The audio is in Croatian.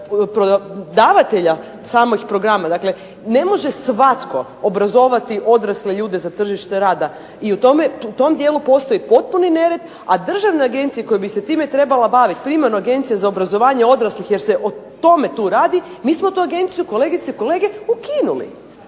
davatelja samih programa, dakle ne može svatko obrazovati odrasle ljude za tržište rada. I u tom dijelu postoji potpuni nered, a državne agencije koje bi se time trebale baviti primarno Agencije za obrazovanje odraslih jer se o tome tu radi, mi smo tu agenciju kolegice i kolege ukinuli.